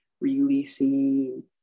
releasing